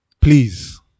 Please